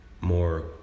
more